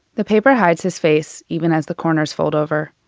the paper hides his face even as the corners fold over.